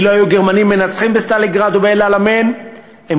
אילו היו הגרמנים מנצחים בסטלינגרד ובאל-עלמיין הם